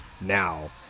Now